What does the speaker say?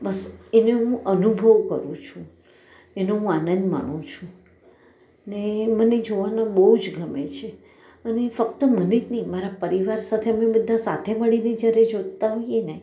બસ એને હું અનુભવ કરું છું એનો હું આનંદ માણું છું ને મને જોવાનો બહુ જ ગમે છે અને ફક્ત મને જ નહીં મારા પરિવાર સાથે અમે બધા સાથે મળીને જ્યારે જોતાં હોઈએ ને